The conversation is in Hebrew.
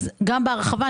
אז גם בהרחבה,